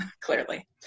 Clearly